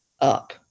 up